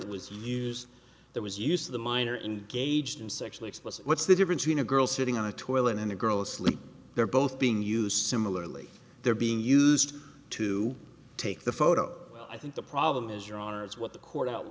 was used there was use of the minor and gauged in sexually explicit what's the difference in a girl sitting on a toilet and a girl asleep they're both being used similarly they're being used to take the photo i think the problem is your honor is what the court out